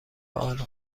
الو